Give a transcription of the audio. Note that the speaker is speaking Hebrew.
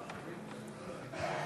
אינו נוכח מאיר פרוש,